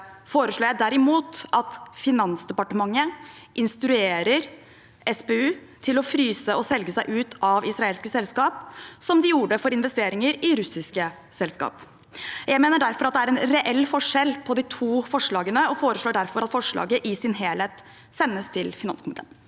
foreslår jeg derimot at Finansdepartementet instruerer SPU til å fryse og selge seg ut av israelske selskap, som de gjorde for investeringer i russiske selskap. Jeg mener det er en reell forskjell på de to forslagene og foreslår derfor at forslaget i sin helhet sendes til finanskomiteen.